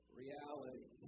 reality